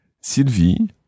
Sylvie